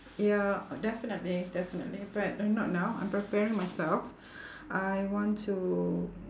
ya definitely definitely but not now I'm preparing myself I want to